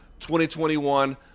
2021